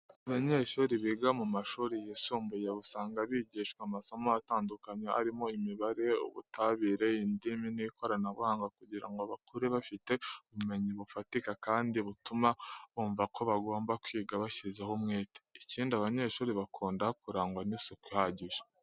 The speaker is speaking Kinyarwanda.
Abanyeshuri biga mu mashuri yisumbuye usanga bigishwa amasomo atandukanye arimo imibare, ubutabire, indimi n'ikoranabuhanga kugira ngo bakure bafite ubumenyi bufatika kandi butuma bumva ko bagomba kwiga bashyizeho umwete. Ikindi aba banyeshuri bakunda kurangwa n'isuku ihagije.